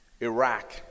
Iraq